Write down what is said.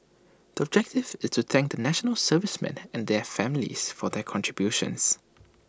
the objective is to thank the National Servicemen and their families for their contributions